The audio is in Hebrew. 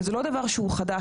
וזה לא דבר שהוא חדש.